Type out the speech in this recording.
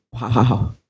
Wow